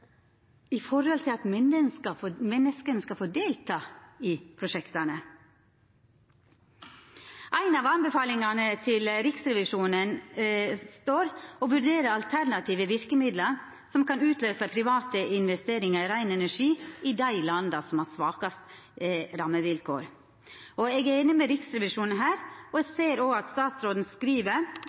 i forhold til at menneska skal få ta del i prosjekta. Ei av anbefalingane til Riksrevisjonen er å vurdera «alternative virkemidler som kan utløse private investeringer i ren energi i de landene som har svakest rammevilkår». Eg er einig med Riksrevisjonen her og ser òg at statsråden